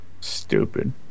Stupid